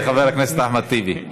זה פתגם מאוד קשה, חבר הכנסת אחמד טיבי.